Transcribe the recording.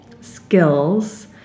skills